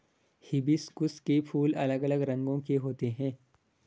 hibiscus के फूल अलग अलग रंगो के होते है